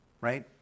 right